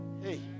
Hey